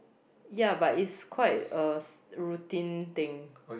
yeah but it's quite a routine thing